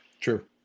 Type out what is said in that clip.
True